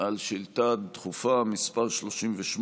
על שאילתה דחופה מס' 38,